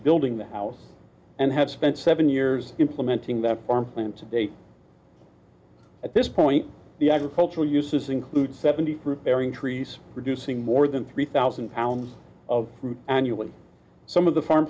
building the house and have spent seven years implementing that farm plan to date at this point the agricultural uses include seventy preparing trees producing more than three thousand pounds of fruit annually some of the farm